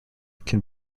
can